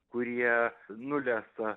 kurie nulesa